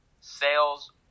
sales